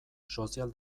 sozial